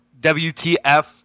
WTF